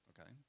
Okay